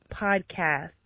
podcast